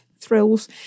thrills